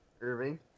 Irving